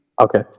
Okay